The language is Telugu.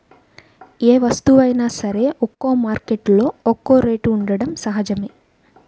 ఏ వస్తువైనా సరే ఒక్కో మార్కెట్టులో ఒక్కో రేటు ఉండటం సహజమే